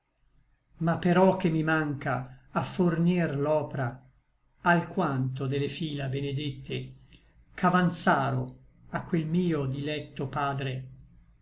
ma però che mi mancha a fornir l'opra alquanto de le fila benedette ch'avanzaro a quel mio dilecto padre